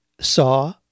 saw